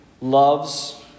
loves